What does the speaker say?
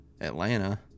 Atlanta